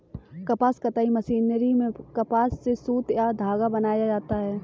कपास कताई मशीनरी में कपास से सुत या धागा बनाया जाता है